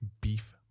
beef